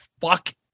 fuck